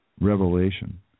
revelation